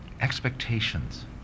Expectations